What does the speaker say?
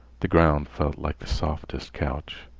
the ground felt like the softest couch.